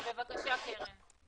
בבקשה, קרן.